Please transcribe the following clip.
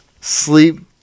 Sleep